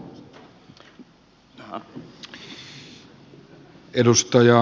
arvoisa puhemies